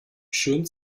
schön